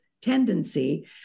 tendency